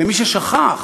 למי ששכח,